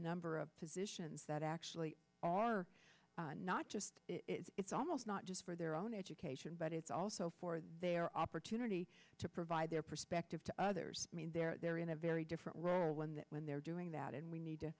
number of positions that actually are not just it's almost not just for their own education but it's also for their opportunity to provide their perspective to others i mean they're in a very different role in that when they're doing that and we need to